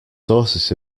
sources